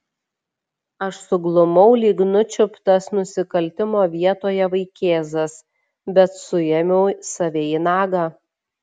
aš suglumau lyg nučiuptas nusikaltimo vietoje vaikėzas bet suėmiau save į nagą